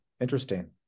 Interesting